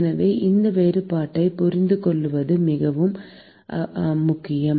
எனவே இந்த வேறுபாட்டைப் புரிந்துகொள்வது மிகவும் முக்கியம்